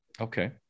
Okay